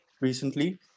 recently